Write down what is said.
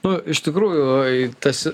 nu iš tikrųjų tas